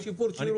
יהיה שיפור שירות.